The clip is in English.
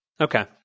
Okay